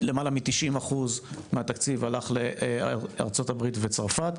שלמעלה מ-90% מהתקציב הלך לארצות הברית וצרפת,